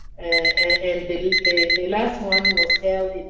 and the last one was held